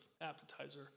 appetizer